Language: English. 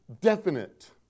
definite